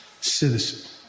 citizen